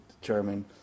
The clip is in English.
determine